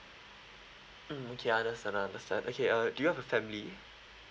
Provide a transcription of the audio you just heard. mm okay understand understand okay uh do you have a family